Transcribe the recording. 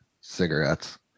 cigarettes